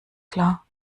klar